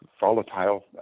volatile